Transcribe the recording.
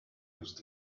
luz